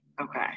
Okay